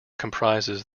comprises